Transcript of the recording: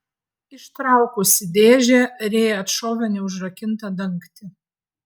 ištraukusi dėžę rėja atšovė neužrakintą dangtį